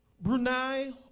Brunei